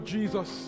Jesus